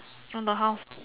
on the house